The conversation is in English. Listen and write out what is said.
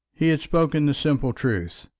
he had spoken the simple truth.